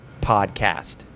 podcast